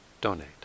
donate